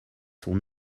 son